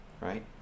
right